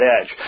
edge